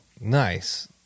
Nice